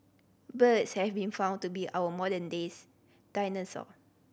birds have been found to be our modern days dinosaur